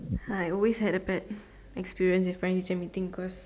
I always had a bad experience with parent teacher meeting because